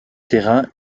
terrain